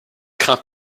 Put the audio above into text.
crains